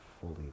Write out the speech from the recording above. fully